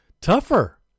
tougher